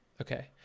Okay